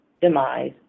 demise